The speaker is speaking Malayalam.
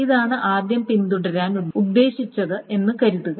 ഇതാണ് ആദ്യം പിന്തുടരാൻ ഉദ്ദേശിച്ചത് എന്ന് കരുതുക